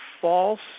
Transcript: false